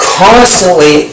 constantly